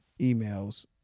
emails